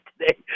today